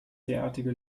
derartige